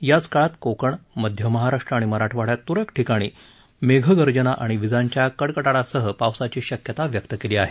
याच काळात कोकण मध्य महाराष्ट्र आणि मराठवाडयात तुरळक ठिकाणी मेघगर्जना आणि वीजांच्या कडकडाटासह पावसाची शक्यता व्यक्त केली आहे